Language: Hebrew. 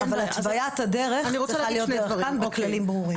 אבל התוויית הדרך צריכה להיות דרך כאן עם כללים ברורים.